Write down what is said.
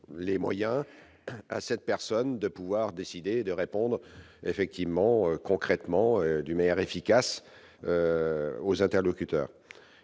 les moyens à cette personne de pouvoir décider de répondre effectivement concrètement du maire efficace aux interlocuteurs